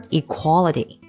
equality